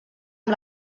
amb